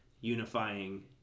unifying